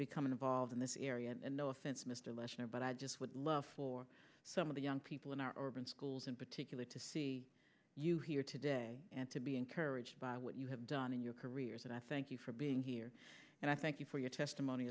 become involved in this area and no offense mr leshner but i just would love for some of the young people in our open schools in particular to see you here today and to be encouraged by what you have done in your careers and i thank you for being here and i thank you for your testimony